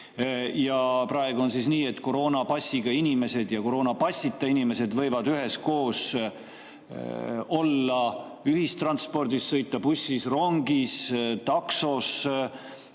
Praegu on nii, et koroonapassiga inimesed ja koroonapassita inimesed võivad üheskoos olla ühistranspordis, sõita bussis, rongis ja taksos,